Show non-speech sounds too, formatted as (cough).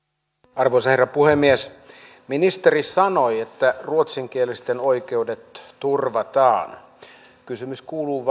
arvoisa herra puhemies ministeri sanoi että ruotsinkielisten oikeudet turvataan kysymys kuuluu (unintelligible)